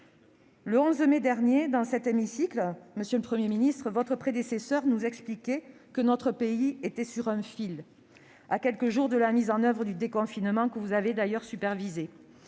le Premier ministre, votre prédécesseur nous expliquait que notre pays était sur un « fil », à quelques jours de la mise en oeuvre du déconfinement que vous avez d'ailleurs supervisé.